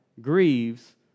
grieves